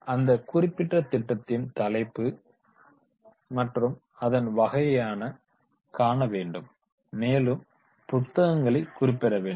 அந்தக் குறிப்பிட்ட திட்டத்தின் தலைப்பு மற்றும் அதன் வகைகளை காண வேண்டும் மேலும் புத்தகங்களைக் குறிப்பிட வேண்டும்